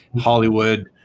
Hollywood